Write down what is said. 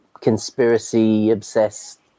conspiracy-obsessed